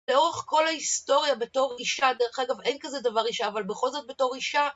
לאורך כל ההיסטוריה בתור אישה, דרך אגב אין כזה דבר אישה, אבל בכל זאת בתור אישה